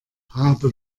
habe